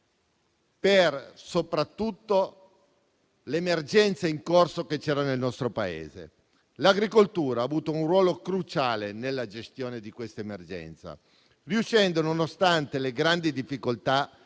soprattutto per l'emergenza che era in corso nel nostro Paese. L'agricoltura ha avuto un ruolo cruciale nella gestione di questa emergenza, riuscendo, nonostante grandi difficoltà,